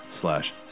slash